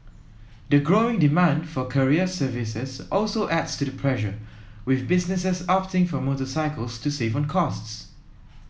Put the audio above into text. the growing demand for courier services also adds to the pressure with businesses opting for motorcycles to save on costs